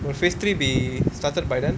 will phase three be started by then